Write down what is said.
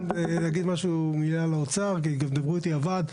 להגיד מילה לאוצר כי דיברו איתי הוועד,